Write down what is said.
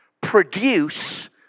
produce